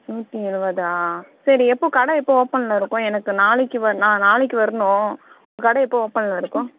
நூற்றி இருபதா சரி எப்போது கடை எப்போது ஒப்பன்லிருக்கும் எனக்கு நாளைக்கி நான் நாளைக்கி வரணும் கடை எப்போது ஒப்பன்லிருக்கும்